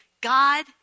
God